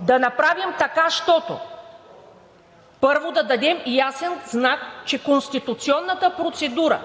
да направим така, щото, първо, да дадем ясен знак, че конституционната процедура,